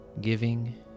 giving